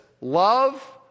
love